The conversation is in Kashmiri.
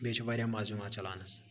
بیٚیہِ چھ واریاہ مَزٕ یِوان چَلاونَس